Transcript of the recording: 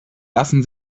lassen